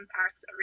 impacts